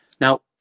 Now